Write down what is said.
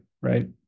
Right